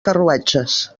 carruatges